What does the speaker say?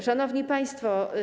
Szanowni Państwo!